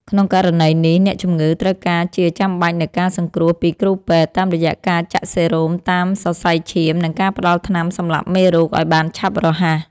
ក្នុងករណីនេះ អ្នកជំងឺត្រូវការជាចាំបាច់នូវការសង្គ្រោះពីគ្រូពេទ្យ តាមរយៈការចាក់សេរ៉ូមតាមសរសៃឈាម និងការផ្តល់ថ្នាំសម្លាប់មេរោគឱ្យបានឆាប់រហ័ស។